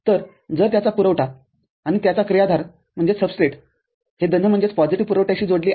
तर जर त्याचा पुरवठा आणि त्याचा क्रियाधार हे धन पुरवठ्याशी जोडले आहे